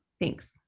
Thanks